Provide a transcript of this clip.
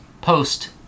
post